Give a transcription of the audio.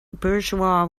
bourgeois